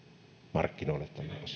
markkinoille tämä